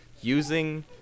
using